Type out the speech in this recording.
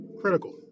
critical